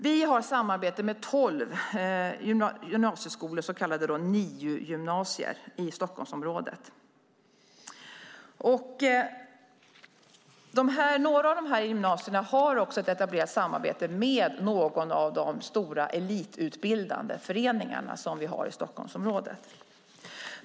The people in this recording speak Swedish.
Vi har samarbete med tolv gymnasieskolor, så kallade NIU-gymnasier, i Stockholmsområdet. Några av dessa gymnasier har också ett etablerat samarbete med någon av de stora elitutbildande föreningarna i Stockholmsområdet.